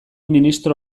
ministro